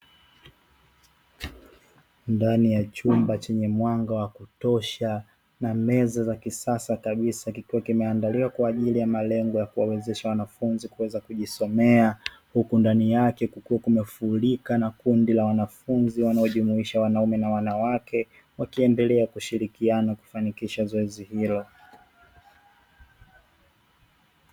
Ndani ya chumba chenye mwanga wa kutosha na meza za kisasa kabisa kikiwa kimeandaliwa kwa ajili ya malengo ya kuwawezesha wanafunzi kuweza kujisomea, huku ndani yake kukiwa kumefurika na kundi la wanafunzi wanaojumuisha wanaume na wanawake wakiendelea kushirikiana kufanikisha zoezi hilo.